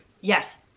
Yes